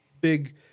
big